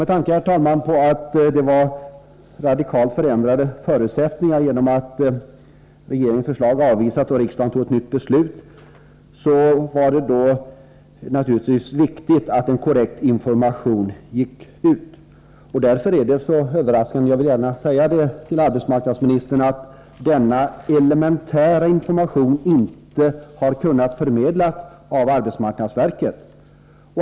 Med tanke på, herr talman, att förutsättningarna var radikalt förändrade genom att regeringens förslag avvisades och riksdagen fattade ett nytt beslut var det naturligtvis viktigt att en korrekt information gick ut. Därför är det så överraskande — jag vill gärna säga detta till arbetsmarknadsministern — att denna elementära information inte har kunnat förmedlas av arbetsmarknadsverket.